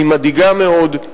היא מדאיגה מאוד,